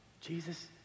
Jesus